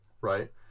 right